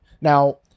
now